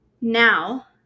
now